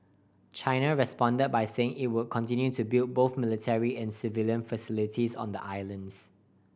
China responded by saying it would continue to build both military and civilian facilities on the islands